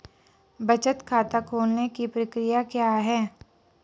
बचत खाता खोलने की प्रक्रिया क्या है?